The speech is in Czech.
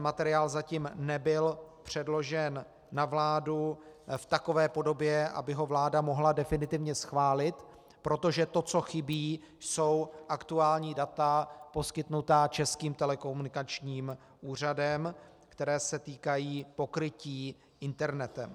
Materiál zatím nebyl předložen na vládu v takové podobě, aby ho vláda mohla definitivně schválit, protože to, co chybí, jsou aktuální data poskytnutá Českým telekomunikačním úřadem, která se týkají pokrytí internetem.